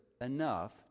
enough